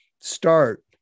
start